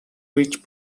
which